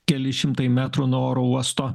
keli šimtai metrų nuo oro uosto